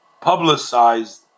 publicized